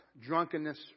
drunkenness